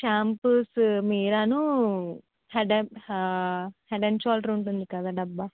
shampoos మీరాను head and head and shoulder ఉంటుంది కదా డబ్బా